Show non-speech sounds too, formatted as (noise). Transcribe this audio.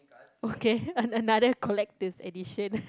okay (laughs) another collector's edition